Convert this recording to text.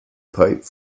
pipe